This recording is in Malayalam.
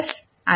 ആകും